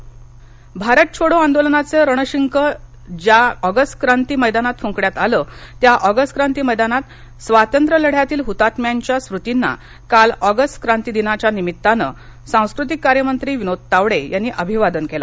August क्रांती भारत छोडो आंदोलनाचे रणशिंग ज्या ऑगस्ट क्रांती मैदानात फुंकण्यात आले त्या ऑगस्ट क्रांती मैदानात स्वातंत्र्य लढ़यातील हतात्म्यांच्या स्मुर्तींना काल ऑगस्ट क्रांती दिनाच्या निमित्ताने सांस्कृतिक कार्यमंत्री विनोद तावडे यांनी अभिवादन केलं